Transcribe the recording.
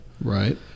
Right